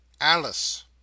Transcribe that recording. Alice